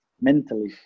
mentally